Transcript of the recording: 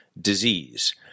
disease